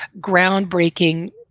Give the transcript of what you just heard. groundbreaking